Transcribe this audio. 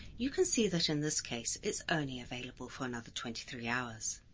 you can see that in this case it's only available for another twenty three hours.